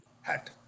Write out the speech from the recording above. hat